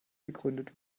gegründet